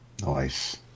Nice